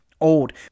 Old